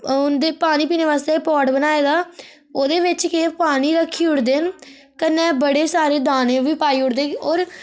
उंदे पानी पीने आस्ते पार्ट बनाए दा ओह्दे बिच के पानी रक्खी उड़दे न कन्नै बड़े सारे दाने बी पाई उड़दे